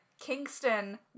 Kingston